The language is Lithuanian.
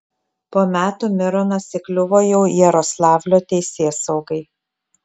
po metų mironas įkliuvo jau jaroslavlio teisėsaugai